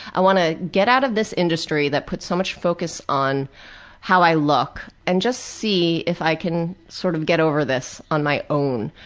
i want to get out of this industry that puts so much focus on how i look and just see if can, sort of, get over this on my own,